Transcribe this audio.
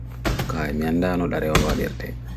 Kay, mianda no dareo lo va dierte.